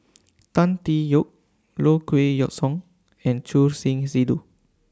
Tan Tee Yoke Low Kway Song and Choor Singh Sidhu